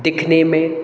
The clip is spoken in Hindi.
दिखने में